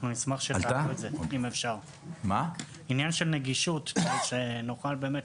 נשמח שתעלו את זה, אם אפשר, שנוכל לראות